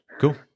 Cool